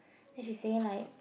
and she saying like